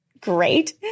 Great